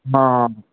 ହଁ